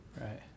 right